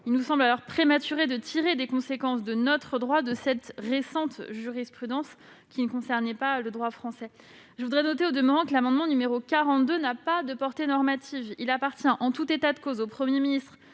Il nous semble dès lors prématuré de tirer des conséquences dans notre droit de cette récente jurisprudence, qui ne concerne pas le droit français. Je souligne, au demeurant, que les dispositions de l'amendement n° 42 n'ont pas de portée normative. Il appartient en tout état de cause au Premier ministre,